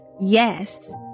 yes